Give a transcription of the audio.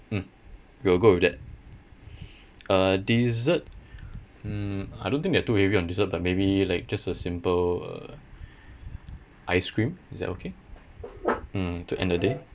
mm we will go with that uh dessert mm I don't think they are too heavy on dessert but maybe like just a simple uh ice cream is that okay mm to end the day